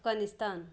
Afghanistan